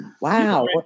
Wow